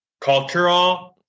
Cultural